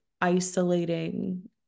isolating